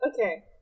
Okay